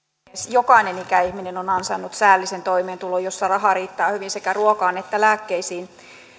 jokainen ikäihminen on ansainnut säällisen toimeentulon jolla raha riittää hyvin sekä ruokaan että lääkkeisiin